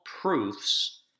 proofs